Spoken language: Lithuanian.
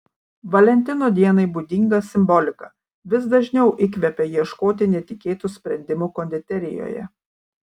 valentino dienai būdinga simbolika vis dažniau įkvepia ieškoti netikėtų sprendimų konditerijoje